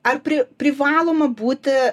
ar pri privaloma būti